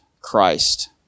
Christ